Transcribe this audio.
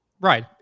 Right